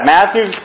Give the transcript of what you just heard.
Matthew